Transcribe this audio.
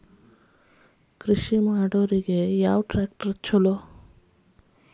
ಕೃಷಿಗ ಯಾವ ಟ್ರ್ಯಾಕ್ಟರ್ ಛಲೋ?